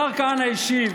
השר כהנא השיב